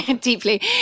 deeply